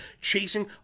chasing